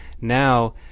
Now